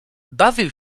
bawił